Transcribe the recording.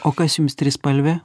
o kas jums trispalvė